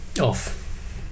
off